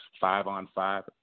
five-on-five